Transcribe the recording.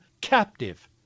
captive